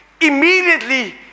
immediately